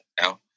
now